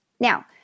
Now